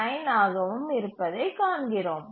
779 ஆகவும் இருப்பதைக் காண்கிறோம்